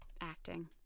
acting